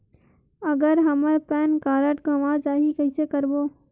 अगर हमर pan card गवां जाही कइसे करबो?